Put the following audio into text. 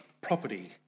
property